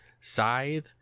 Scythe